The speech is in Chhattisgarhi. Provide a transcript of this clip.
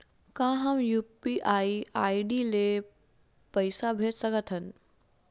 का हम यू.पी.आई आई.डी ले पईसा भेज सकथन?